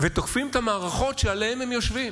ותוקפים את המערכות שעליהן הם יושבים.